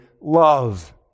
love